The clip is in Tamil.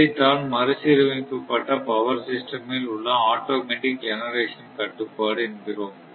இதைத்தான் மறுசீரமைக்கப்பட்ட பவர் சிஸ்டம் இல் உள்ள ஆட்டோமேட்டிக் ஜெனரேஷன் கட்டுப்பாடு என்கிறோம்